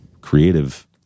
creative